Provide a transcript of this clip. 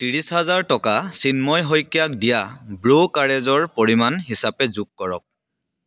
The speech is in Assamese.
ত্ৰিছ হাজাৰ টকা চিন্ময় শইকীয়াক দিয়া ব্ৰ'কাৰেজৰ পৰিমাণ হিচাপে যোগ কৰক